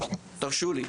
תרשו לי,